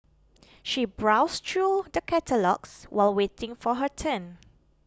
she browsed through the catalogues while waiting for her turn